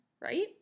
right